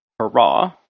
hurrah